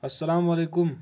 السلام علیکُم